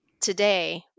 today